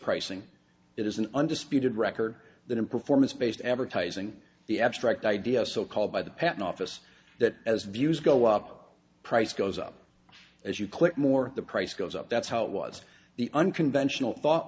pricing it is an undisputed record that in performance based advertising the abstract idea so called by the patent office that as views go up price goes up as you click more the price goes up that's how it was the unconventional thought